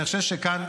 ואני חושב שכאן,